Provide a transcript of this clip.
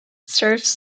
serves